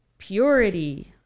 purity